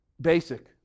Basic